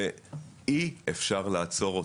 ואי אפשר לעצור אותו.